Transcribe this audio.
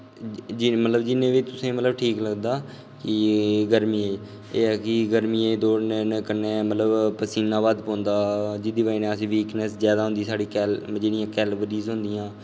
मतलब जिन्ना बी तुसेंगी ठीक लगदा एह् कि कि गर्मियें च दौड़ने कन्नै मतलब पसीना बद्ध पौंदा जेह्दी बजह कन्नै असेंगी बीकनैस जैदा होंदी साढ़ी जेह्ड़ी कैलवरीस होंदियां